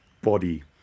body